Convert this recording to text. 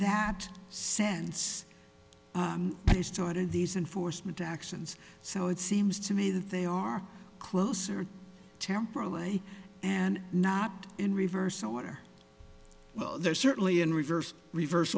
that sense they started these enforcement actions so it seems to me that they are closer to temporal way and not in reverse order well they're certainly in reverse reverse